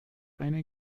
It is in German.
eine